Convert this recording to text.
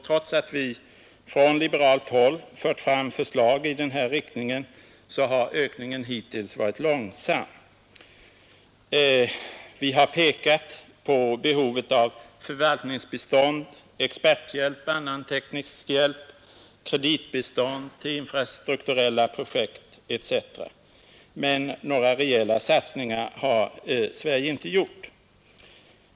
Trots att vi från liberalt håll fört fram förslag i den här riktningen har ökningen hittills varit långsam, Vi har pekat på behovet av förvaltningsbistånd, experthjälp och annan teknisk hjälp, kreditbistånd till infrastrukturella projekt etc. Men nägra rejäla satsningar har Sverige inte gjort.